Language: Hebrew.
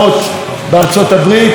במקרה הגרוע אני לא יודע איפה.